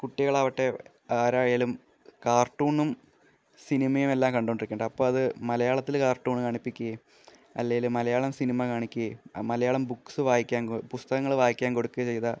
കുട്ടികളാവട്ടെ ആരായാലും കാര്ട്ടൂണും സിനിമയുമെല്ലാം കണ്ടോണ്ടിരിക്കുന്നുണ്ട് അപ്പോള് അത് മലയാളത്തില് കാര്ട്ടൂണ് കാണിപ്പിക്കുകയും അല്ലെങ്കില് മലയാളം സിനിമ കാണിക്കുകയും മലയാളം ബുക്ക്സ് വായിക്കാന് പുസ്തകങ്ങള് വായിക്കാന് കൊടുക്കയോ ചെയ്താല്